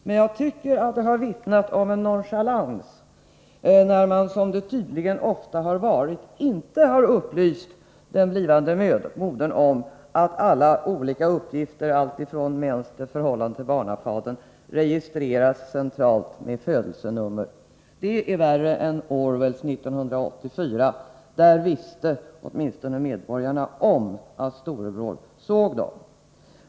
Men jag tycker att det vittnar om en nonchalans när man, som tydligen ofta har skett, inte har upplyst den blivande modern om att alla olika uppgifter, alltifrån mens till förhållandet till barnafadern, registreras centralt med födelsenummer. Det är värre än Orwells ”1984” — där visste åtminstone medborgarna om att Storebror såg dem.